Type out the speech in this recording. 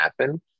happen